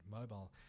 mobile